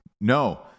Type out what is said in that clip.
No